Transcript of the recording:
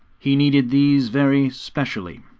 he needed these very specially.